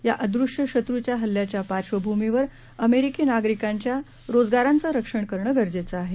या अदृश्य शत्रुच्या हल्ल्याच्या पार्श्वभूमीवर अमेरिकी नागरिकांच्या रोजगाराचं रक्षण करणं गरजेचं आहे